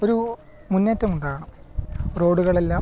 ഒരൂ മുന്നേറ്റമുണ്ടാകണം റോഡുകളെല്ലാം